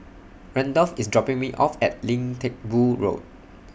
Randolf IS dropping Me off At Lim Teck Boo Road